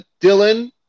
Dylan